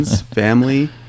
family